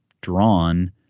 drawn